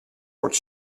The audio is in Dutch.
wordt